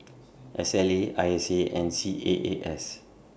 S L A I S A and C A A S